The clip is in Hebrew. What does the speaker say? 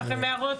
יש לכם הערות?